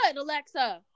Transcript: Alexa